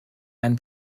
ein